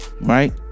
Right